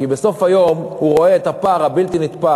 כי בסוף הוא רואה את הפער הבלתי-נתפס